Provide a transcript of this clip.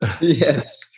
Yes